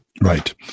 Right